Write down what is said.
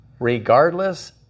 regardless